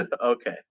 Okay